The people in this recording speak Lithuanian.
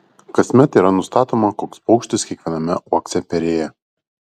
kasmet yra nustatoma koks paukštis kiekviename uokse perėjo